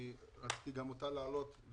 שרציתי גם אותה להעלות.